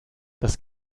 das